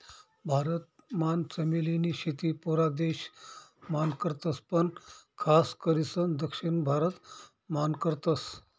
भारत मान चमेली नी शेती पुरा देश मान करतस पण खास करीसन दक्षिण भारत मान करतस